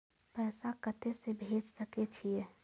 पैसा कते से भेज सके छिए?